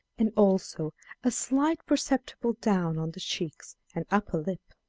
and also a slight perceptible down on the cheeks and upper lip.